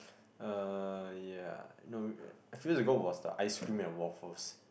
uh ya no uh a few years ago was the ice cream and waffles